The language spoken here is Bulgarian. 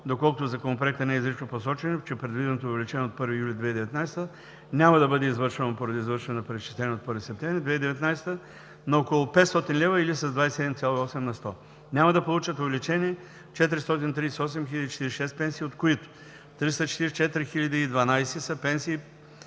доколкото в Законопроекта не е изрично посочено, че предвиденото увеличение от 1 юли 2019 г. няма да бъде извършвано поради извършване на преизчисление от 1 септември 2019 г., на около 500,00 лв. или с 27,8 на сто. Няма да получат увеличение 438 046 пенсии, от които: - 344 012 са пенсии,